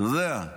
אתה יודע,